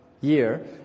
year